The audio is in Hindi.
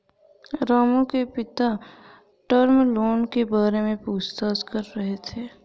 रामू के पिता टर्म लोन के बारे में पूछताछ कर रहे थे